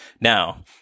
Now